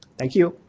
thank you.